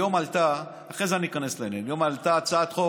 היום עלתה,